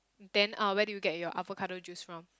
then uh where do you get your avocado juice from